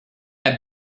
have